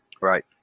right